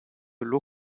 low